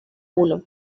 uno